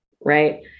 right